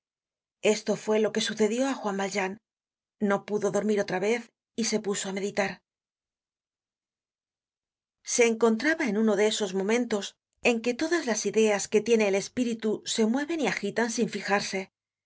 esto fue lo que sucedió á juan valjean no pudo dormir otra vez y se puso á meditar se encontraba en uno de esos momentos en qué todas las ideas que tiene el espíritu se mueven y agitan sin fijarse